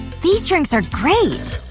these drinks are great